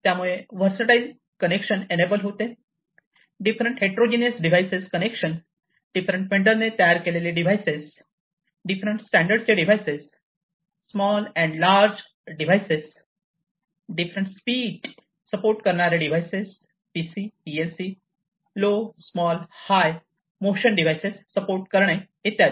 त्यामुळे versatile connection enable होते different heterogeneous device connection different vendor ने तयार केलेले डिव्हाइसेस डिफरंट स्टॅंडर्ड चे devices small and large devices different speed support करणारे devices PC PLC low small high motion devices support करणे इत्यादी